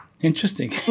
Interesting